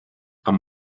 amb